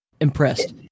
impressed